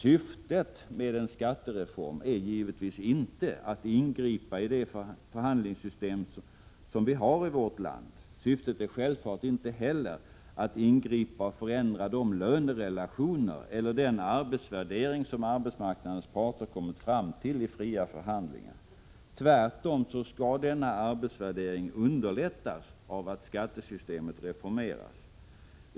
Syftet med en skattereform är givetvis inte att ingripa i det förhandlingssystem som vi har i vårt land. Syftet är självfallet inte heller att ingripa i och förändra de lönerelationer eller den arbetsvärdering som arbetsmarknadens parter kommit fram till i fria förhandlingar. Tvärtom är syftet att denna arbetsvärdering skall underlättas av att skattesystemet reformeras.